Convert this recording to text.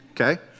Okay